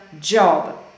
job